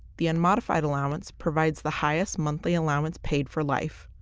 the unmodified allowance provides the highest monthly allowance paid for life.